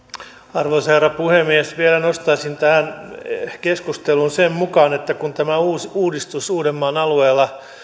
arvoisa herra puhemies vielä nostaisin tähän keskusteluun mukaan sen että kun tämä uudistus uudenmaan alueella